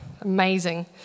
amazing